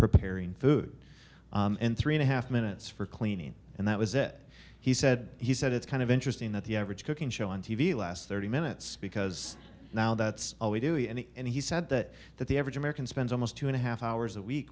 preparing food and three and a half minutes for cleaning and that was it he said he said it's kind of interesting that the average cooking show on t v last thirty minutes because now that's all we do and he said that that the average american spends almost two and a half hours a week